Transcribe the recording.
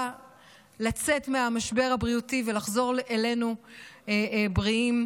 ידעו לצאת מהמשבר הבריאותי ולחזור אלינו בריאים.